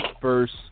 first